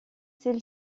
celle